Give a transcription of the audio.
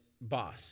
boss